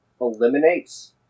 eliminates